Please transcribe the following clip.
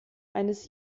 eines